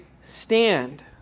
stand